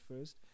first